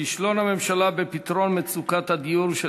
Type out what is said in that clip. כישלון הממשלה בפתרון מצוקת הדיור של